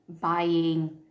buying